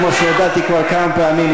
כמו שהודעתי כבר כמה פעמים,